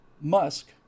Musk